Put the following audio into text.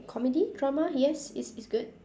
comedy drama yes it's it's good